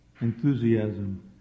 enthusiasm